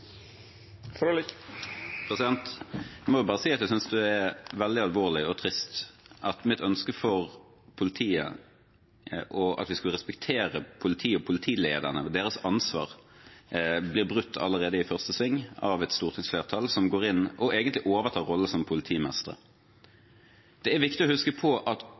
må bare si at jeg synes det er veldig alvorlig og trist at mitt ønske for politiet, at vi skulle respektere politiet og politilederne og deres ansvar, blir brutt allerede i første sving av et stortingsflertall som går inn og egentlig overtar rollen som politimestre. Det er viktig å huske på at